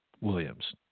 Williams